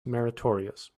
meritorious